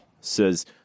says